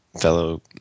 fellow